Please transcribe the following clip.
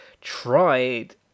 tried